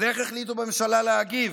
אז איך החליטו בממשלה להגיב?